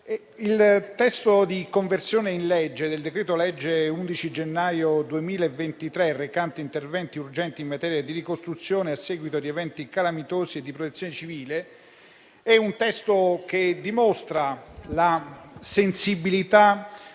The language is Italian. di legge di conversione del decreto-legge 11 gennaio 2023, recante interventi urgenti in materia di ricostruzione a seguito di eventi calamitosi e di protezione civile, dimostra la sensibilità